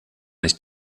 nicht